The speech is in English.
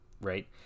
right